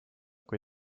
kui